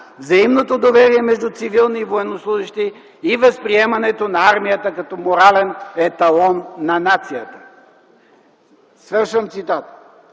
взаимното доверие между цивилни и военнослужещи и възприемането на армията като морален еталон на нацията”. За първи път